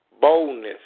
boldness